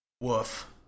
Woof